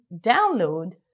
download